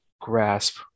grasp